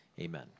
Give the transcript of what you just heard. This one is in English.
Amen